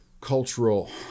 cultural